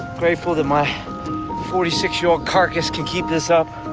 grateful that my forty six year old carcass can keep this up.